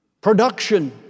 Production